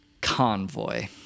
Convoy